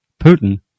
Putin